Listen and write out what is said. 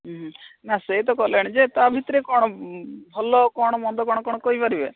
ହୁଁ ନା ସେ ତ ଗଲାଣି ଯେ ତା' ଭିତରେ କ'ଣ ଭଲ କ'ଣ ମନ୍ଦ କ'ଣ କ'ଣ କହିପାରିବେ